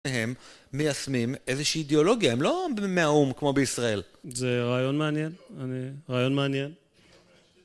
הם מיישמים איזושהי אידאולוגיה, הם לא מהאו"ם כמו בישראל. זה רעיון מעניין, רעיון מעניין